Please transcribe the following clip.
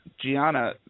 Gianna